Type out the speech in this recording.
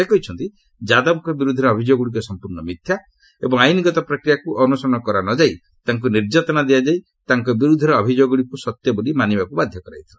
ସେ କହିଛନ୍ତି ଯାଦବଙ୍କ ବିରୋଧରେ ଅଭିଯୋଗଗୁଡ଼ିକ ସମ୍ପର୍ଶ୍ଣ ମିଥ୍ୟା ଏବଂ ଆଇନଗତ ପ୍ରକ୍ରିୟାକୁ ଅନୁସରଣ କରା ନ ଯାଇ ତାଙ୍କୁ ନିର୍ଯାତନା ଦିଆଯାଇ ତାଙ୍କ ବିରୋଧରେ ଅଭିଯୋଗଗୁଡ଼ିକୁ ସତ୍ୟ ବୋଲି ମାନିବାକୁ ବାଧ୍ୟ କରାଯାଇଥିଲା